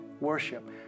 worship